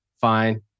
Fine